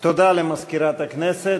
תודה למזכירת הכנסת.